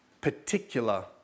particular